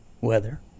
weather